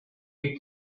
you